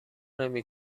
نمی